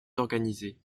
organiser